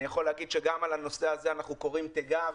אני יכול להגיד שגם על הנושא הזה אנחנו קוראים תיגר,